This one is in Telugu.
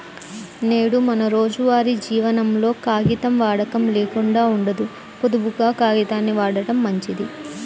నేడు మన రోజువారీ జీవనంలో కాగితం వాడకం లేకుండా ఉండదు, పొదుపుగా కాగితాల్ని వాడటం మంచిది